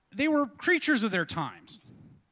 they were creatures of their times.